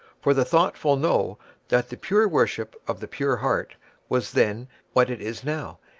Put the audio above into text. for the thoughtful know that the pure worship of the pure heart was then what it is now,